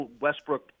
Westbrook